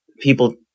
people